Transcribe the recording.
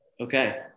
Okay